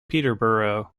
peterborough